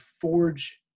forge